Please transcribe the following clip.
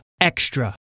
Extra